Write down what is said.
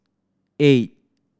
eight